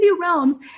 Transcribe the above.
realms